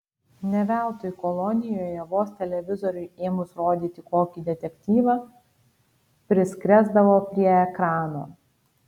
ne veltui kolonijoje vos televizoriui ėmus rodyti kokį detektyvą priskresdavo prie ekrano